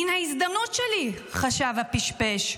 הינה ההזדמנות שלי, חשב הפשפש.